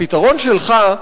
הפתרון שלך,